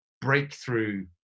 breakthrough